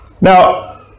Now